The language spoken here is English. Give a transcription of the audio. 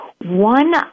One